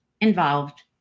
involved